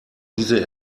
diese